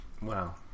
Wow